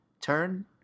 turn